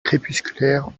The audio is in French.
crépusculaire